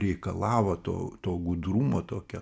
reikalavo to to gudrumo tokio